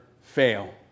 fail